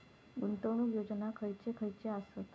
गुंतवणूक योजना खयचे खयचे आसत?